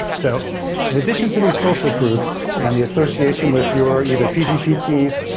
so in addition to these social proofs and the association with your either pgp keys,